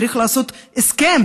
צריך לעשות הסכם,